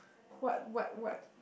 what what what